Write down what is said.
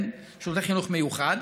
שירותי חינוך מיוחד,